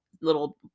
little